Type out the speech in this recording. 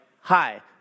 hi